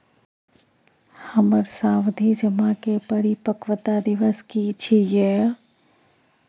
हमर सावधि जमा के परिपक्वता दिवस की छियै?